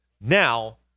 now